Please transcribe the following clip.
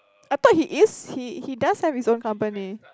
I thought he is he he does have his own company